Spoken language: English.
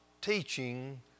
teaching